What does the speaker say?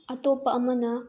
ꯑꯇꯣꯞꯄ ꯑꯃꯅ